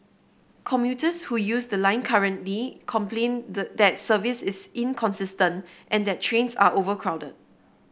commuters who use the line currently complain the that service is inconsistent and that trains are overcrowded